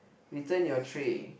return your tray